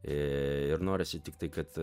ir norisi tiktai kad